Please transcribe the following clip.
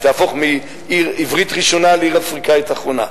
היא תהפוך מעיר עברית ראשונה לעיר אפריקנית אחרונה.